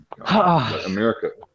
America